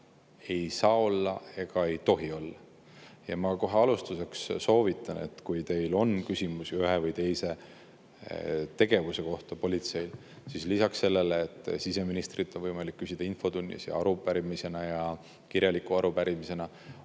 Ei saa olla ega ei tohi olla. Ma kohe alustuseks soovitan, et kui teil on küsimusi politsei ühe või teise tegevuse kohta, siis lisaks sellele, et siseministrilt on võimalik küsida infotunnis ja arupärimisena ja kirjaliku [küsimusena],